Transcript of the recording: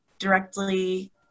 directly